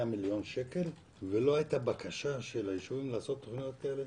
מיליון שקל ולא הייתה בקשה של היישובים לעשות תוכניות כאלה?